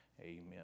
Amen